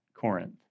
Corinth